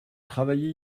travaillé